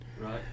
right